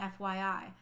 FYI